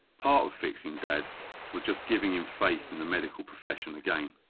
part of fixing dad we are just giving him faith in the medical profession again.